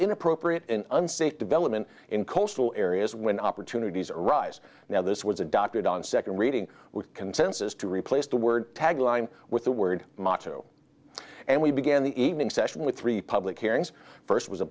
inappropriate unsafe development in coastal areas when opportunities arise now this was adopted on second reading consensus to replace the word tagline with the word motto and we began the evening session with three public hearings first was a